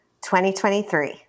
2023